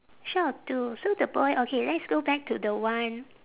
short of two so the boy okay let's go back to the one